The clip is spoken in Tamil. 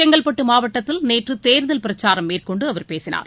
செங்கல்டட்டுமாவட்டத்தில் நேற்றுதேர்தல் பிரச்சாரம் மேற்கொண்டுஅவர் பேசினார்